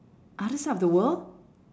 other side of the world